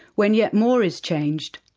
when yet more is changed,